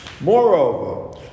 Moreover